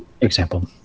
example